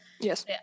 yes